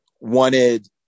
wanted